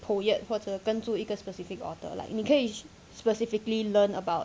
poet 或者跟住一个 specific author like 你可以 specifically learn about